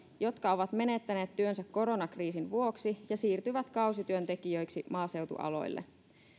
jotka ovat menettäneet työnsä koronakriisin vuoksi ja siirtyvät kausityöntekijöiksi maaseutualoille